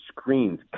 screens